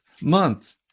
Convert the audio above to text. month